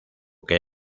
que